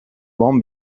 وام